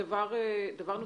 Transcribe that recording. דבר נוסף,